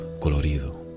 colorido